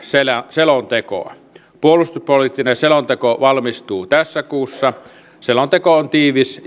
selontekoa puolustuspoliittinen selonteko valmistuu tässä kuussa selonteko on tiivis